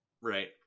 Right